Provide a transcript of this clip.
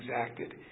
exacted